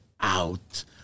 out